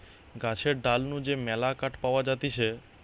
গাছের ডাল নু যে মেলা কাঠ পাওয়া যাতিছে